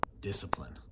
discipline